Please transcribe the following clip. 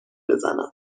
بزنم